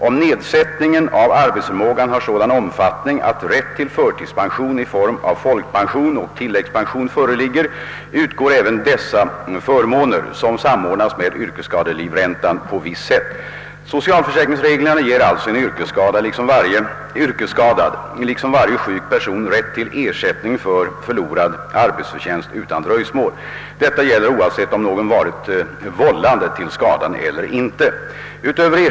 Om nedsättningen av arbetsförmågan har sådan omfattning, att rätt till förtidspension i form av folkpension och tilläggspension föreligger, utgår även dessa förmåner, som samordnas med <yrkesskadelivräntan på visst sätt. Socialförsäkringsreglerna ger alltså en yrkesskadad liksom varje sjuk person rätt till ersättning för förlorad arbetsförtjänst utan dröjsmål. Detta gäller oavsett om någon varit vållande till skadan eller inte.